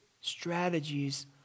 strategies